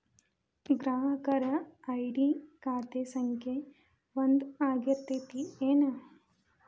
ಗ್ರಾಹಕರ ಐ.ಡಿ ಖಾತೆ ಸಂಖ್ಯೆ ಒಂದ ಆಗಿರ್ತತಿ ಏನ